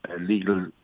legal